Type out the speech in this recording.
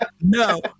No